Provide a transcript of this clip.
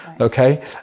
okay